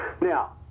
now